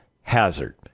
hazard